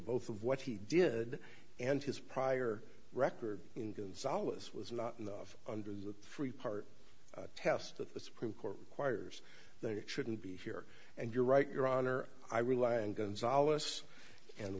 both of what he did and his prior record in solace was not enough under the free part test that the supreme court requires that it shouldn't be here and you're right your honor i rely on gonzales and